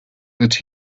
that